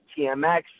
TMX